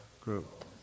group